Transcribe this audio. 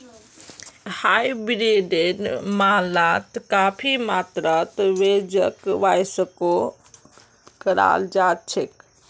हाइब्रिडेर मामलात काफी मात्रात ब्याजक वापसो कराल जा छेक